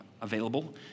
available